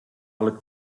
looked